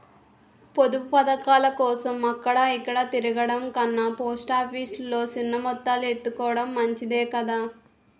పొదుపు పదకాలకోసం అక్కడ ఇక్కడా తిరగడం కన్నా పోస్ట్ ఆఫీసు లో సిన్న మొత్తాలు ఎత్తుకోడం మంచిదే కదా